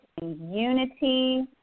unity